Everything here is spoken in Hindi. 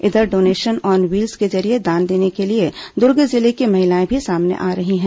इधर डोनेशन ऑन व्हील्स के जरिये दान देने के लिए दुर्ग जिले की महिलाएं भी सामने आ रही हैं